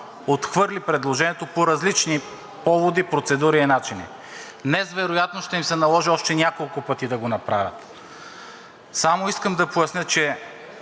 отхвърли предложението по различни поводи, процедури и начини. Днес вероятно ще им се наложи още няколко пъти да го направят. Само искам да поясня, че